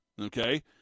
okay